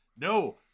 no